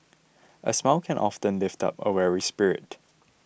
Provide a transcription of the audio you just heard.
a smile can often lift up a weary spirit